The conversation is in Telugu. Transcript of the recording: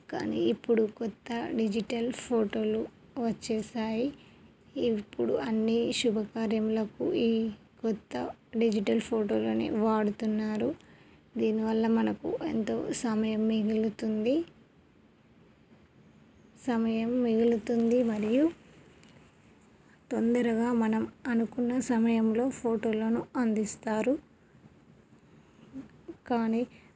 కానీ ఇప్పుడు క్రొత్త డిజిటల్ ఫోటోలు వచ్చేసాయి ఇప్పుడు అన్నీ శుభకార్యములకు ఈ క్రొత్త డిజిటల్ ఫోటోలనే వాడుతున్నారు దీనివల్ల మనకు ఎంతో సమయం మిగులుతుంది సమయం మిగులుతుంది సమయం మిగులుతుంది మరియు తొందరగా మనం అనుకున్న సమయంలో ఫోటోలను అందిస్తారు కానీ